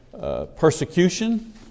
persecution